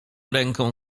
ręką